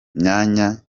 myanya